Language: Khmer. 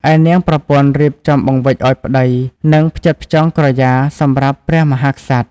ឯនាងប្រពន្ធរៀបចំបង្វិចឱ្យប្តី និងផ្ចិតផ្ចង់ក្រយាសម្រាប់ព្រះមហាក្សត្រ។